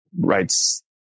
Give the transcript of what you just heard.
writes